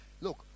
look